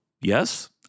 Yes